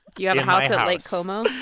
you have a house at lake como?